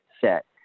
set